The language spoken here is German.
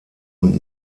und